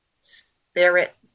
spirit